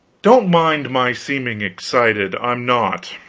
don't mind my seeming excited i'm not.